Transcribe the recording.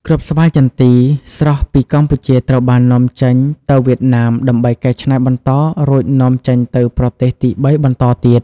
គ្រាប់ស្វាយចន្ទីស្រស់ពីកម្ពុជាត្រូវបាននាំចេញទៅវៀតណាមដើម្បីកែច្នៃបន្ត រួចនាំចេញទៅប្រទេសទីបីបន្តទៀត។